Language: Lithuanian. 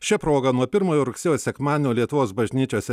šia proga nuo pirmojo rugsėjo sekmadienio lietuvos bažnyčiose